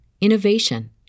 innovation